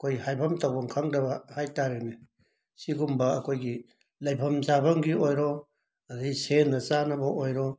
ꯑꯩꯈꯣꯏ ꯍꯥꯏꯐꯝ ꯇꯧꯐꯝ ꯈꯪꯗꯕ ꯍꯥꯏ ꯇꯥꯔꯦꯅꯦ ꯁꯤꯒꯨꯝꯕ ꯑꯩꯈꯣꯏꯒꯤ ꯂꯩꯐꯝ ꯆꯥꯐꯝꯒꯤ ꯑꯣꯏꯔꯣ ꯑꯗꯒꯤ ꯁꯦꯠꯅ ꯆꯥꯅꯕ ꯑꯣꯏꯔꯣ